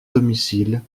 domicile